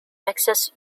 mixes